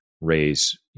raise